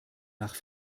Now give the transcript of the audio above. nach